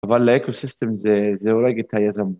אבל לאקו סיסטם זה, זה אולי גיטאיזם.